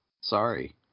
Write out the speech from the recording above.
sorry